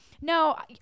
No